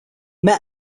met